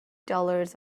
dollars